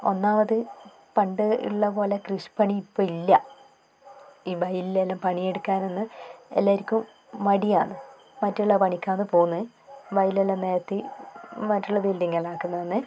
ഒന്നാമത് പണ്ടുള്ള പോലെ കൃഷിപ്പണി ഇപ്പം ഇല്ല ഈ വയലിലെല്ലാം പണിയെടുക്കാൻ ഒന്നും എല്ലാവർക്കും മടിയാണ് മറ്റുള്ള പണിക്കാണ് പോകുന്നത് വയലെല്ലാം നികത്തി മറ്റുള്ള ബിൽഡിംഗ് എല്ലാം ആക്കുന്നന്നേ